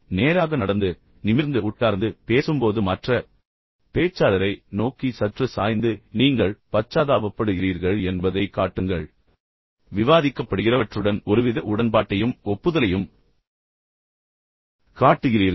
நேராக நடந்து பின்னர் நிமிர்ந்து உட்கார்ந்து பின்னர் பேசும்போது மற்ற பேச்சாளரை நோக்கி சற்று சாய்ந்து நீங்கள் பச்சாதாபப்படுகிறீர்கள் என்பதைக் காட்டுங்கள் பின்னர் விவாதிக்கப்படுகிறவற்றுடன் ஒருவித உடன்பாட்டையும் ஒப்புதலையும் காட்டுகிறீர்கள்